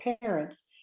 parents